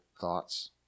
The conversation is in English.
thoughts